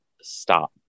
stop